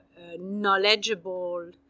knowledgeable